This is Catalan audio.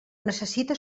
necessita